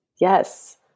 Yes